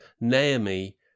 Naomi